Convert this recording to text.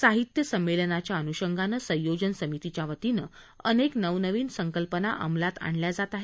साहित्य संमेलनाच्या अनुषंगानं संयोजन समितीच्यावतीनं अनेक नवनवीन संकल्पना अंमलात आणल्या जात आहेत